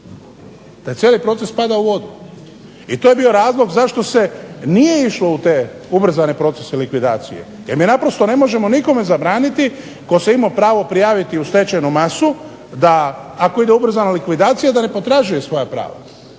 taj cijeli proces pada u vodu. I to je bio razlog zašto se nije išlo u te ubrzane procese likvidacije, jer mi naprosto ne možemo nikome zabraniti tko se imao pravo prijaviti u stečajnu masu, da ako ide ubrzana likvidacija da ne potražuje svoja prava.